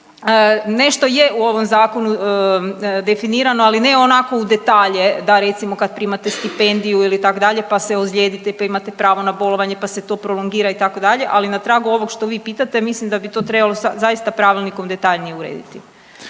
Nešto je u ovom zakonu definirano, ali ne onako u detalje da recimo kad primate stipendiju ili tak dalje pa se ozlijedite pa imate pravo na bolovanje pa se to prolongira itd., ali na tragu ovog što vi pitate mislim da bi to trebalo zaista pravilnikom detaljnije urediti.